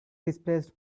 displaced